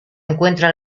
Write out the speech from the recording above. encuentra